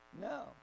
No